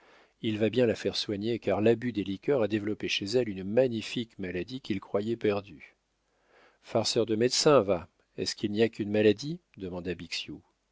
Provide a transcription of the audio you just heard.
il va bien la faire soigner car l'abus des liqueurs a développé chez elle une magnifique maladie qu'on croyait perdue farceur de médecin va est-ce qu'il n'y a qu'une maladie demanda bixiou